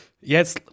yes